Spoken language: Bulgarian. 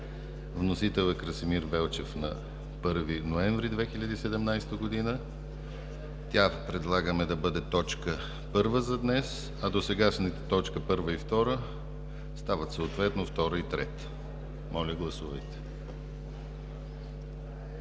представител Красимир Велчев на 1 ноември 2017 г. Предлагаме да бъде точка първа за днес, а досегашните точки първа и втора стават съответно втора и трета. Моля, гласувайте.